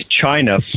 China